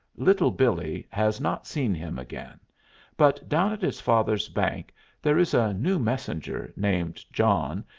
little billee has not seen him again but down at his father's bank there is a new messenger, named john,